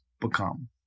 become